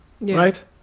Right